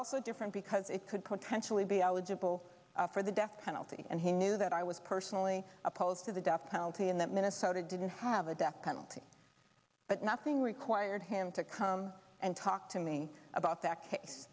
also different because it could potentially be eligible for the death penalty and he knew that i was personally opposed to the death penalty and that minnesota didn't have a death penalty but nothing required him to come and talk to me about that case